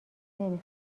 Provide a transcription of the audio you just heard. نمی